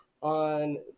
on